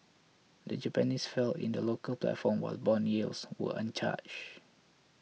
the Japanese fell in the local platform while bond yields were untouch